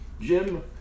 Jim